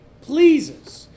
pleases